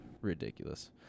Ridiculous